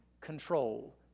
control